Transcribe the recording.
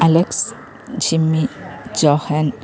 alex jimmy johan